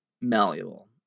malleable